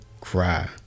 cry